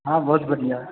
हाँ बहुत बढ़िआँ